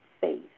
faith